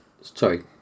Sorry